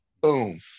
boom